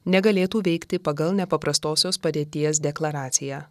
negalėtų veikti pagal nepaprastosios padėties deklaraciją